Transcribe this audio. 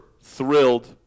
thrilled